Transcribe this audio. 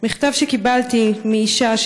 מכתב שקיבלתי מאישה,